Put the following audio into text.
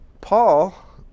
Paul